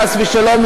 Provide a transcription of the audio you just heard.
חס ושלום,